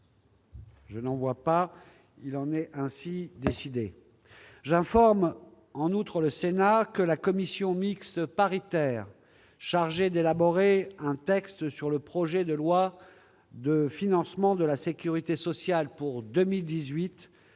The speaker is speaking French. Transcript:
observations ?... Il en est ainsi décidé. J'informe le Sénat que la commission mixte paritaire chargée d'élaborer un texte sur le projet de loi de financement de la sécurité sociale pour 2018